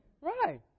right